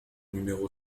numéro